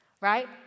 right